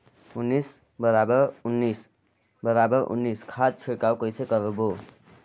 उन्नीस बराबर उन्नीस बराबर उन्नीस खाद छिड़काव कइसे करबो?